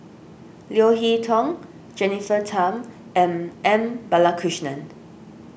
Leo Hee Tong Jennifer Tham and M Balakrishnan